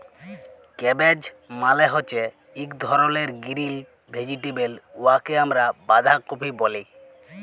cabbage মালে হছে ইক ধরলের গিরিল ভেজিটেবল উয়াকে আমরা বাঁধাকফি ব্যলি